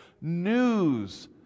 news